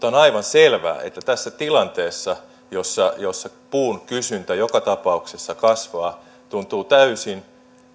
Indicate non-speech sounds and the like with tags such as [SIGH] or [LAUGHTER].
[UNINTELLIGIBLE] on aivan selvää että tässä tilanteessa jossa jossa puun kysyntä joka tapauksessa kasvaa tuntuu